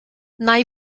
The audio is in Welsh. nai